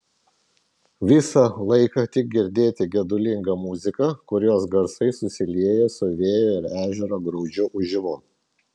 visą laiką tik girdėti gedulinga muzika kurios garsai susilieja su vėjo ir ežero graudžiu ūžimu